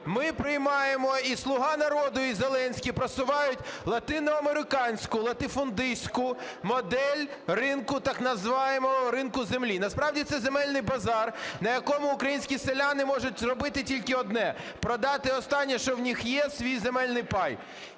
ми приймаємо, і "Слуга народу", і Зеленський просувають латиноамериканську латифундистську модель ринку, так званого ринку землі. Насправді це земельний базар, на якому українські селяни можуть зробити тільки одне – продати останнє, що у них є, свій земельний пай.